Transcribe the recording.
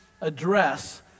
address